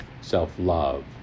self-love